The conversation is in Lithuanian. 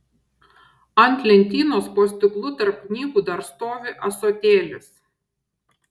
ant lentynos po stiklu tarp knygų dar stovi ąsotėlis